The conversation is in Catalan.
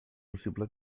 possible